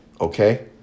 okay